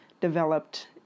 developed